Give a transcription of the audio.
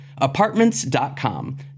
Apartments.com